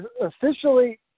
officially